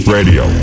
Radio